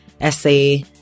essay